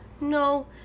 no